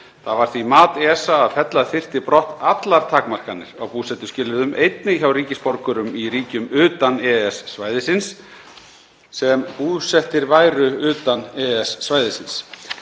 Það var því mat ESA að fella þyrfti brott allar takmarkanir á búsetuskilyrðum, einnig hjá ríkisborgurum í ríkjum utan EES-svæðisins, sem búsettir væru utan EES-svæðisins.